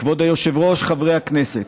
כבוד היושב-ראש, חברי הכנסת,